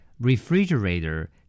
refrigerator